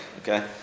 Okay